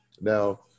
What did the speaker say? now